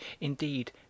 indeed